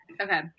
Okay